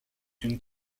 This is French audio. une